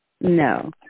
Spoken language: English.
No